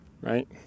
Right